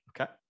Okay